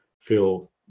feel